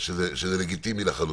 שזה לגיטימי לחלוטין.